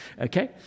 Okay